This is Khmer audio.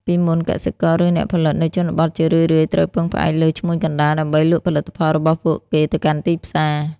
ពីមុន កសិករ ឬអ្នកផលិតនៅជនបទជារឿយៗត្រូវពឹងផ្អែកលើ ឈ្មួញកណ្ដាល ដើម្បីលក់ផលិតផលរបស់ពួកគេទៅកាន់ទីផ្សារ។